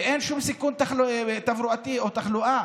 אין שום סיכון תברואתי או תחלואה,